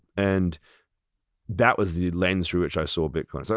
and that was the lens through which i saw bitcoin. so